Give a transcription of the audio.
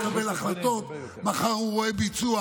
לקבל החלטות מחר הוא רואה ביצוע: